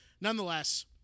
nonetheless